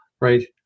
right